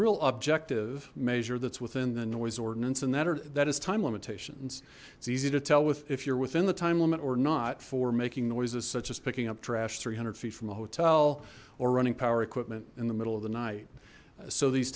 real objective measure that's within the noise ordinance and that or that is time limitations it's easy to tell with if you're within the time limit or not for making noises such as picking up trash three hundred feet from a hotel or running power equipment in the middle of the night so these